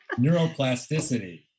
neuroplasticity